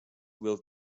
will